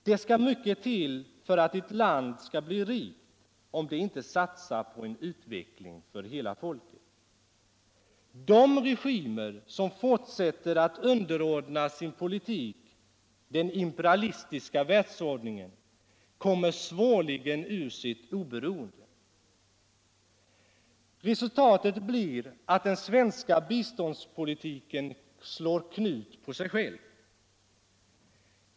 Det skall mycket till för att ett land skall bli rikt, om det inte satsar på en utveckling för hela folket. De regimer som fortsätter att underordna sin politik den imperialistiska världsordningen kommer svårligen ur sitt beroende. Resultatet blir att den svenska biståndspolitiken slår knut på sig själv.